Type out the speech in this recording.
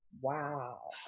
Wow